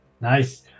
Nice